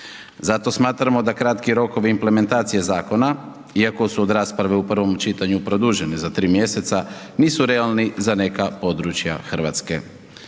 Zato smatramo da kratki rokovi implementacije zakona iako su od rasprave u prvom čitanju produženi za 3 mjeseca nisu realni za neka područja Hrvatske.